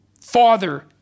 father